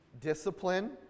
Discipline